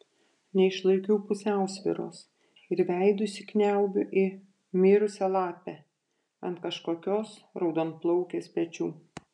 neišlaikau pusiausvyros ir veidu įsikniaubiu į mirusią lapę ant kažkokios raudonplaukės pečių